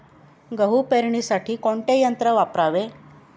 गहू पेरणीसाठी कोणते यंत्र वापरावे?